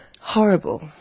Horrible